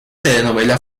telenovela